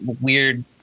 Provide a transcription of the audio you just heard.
weird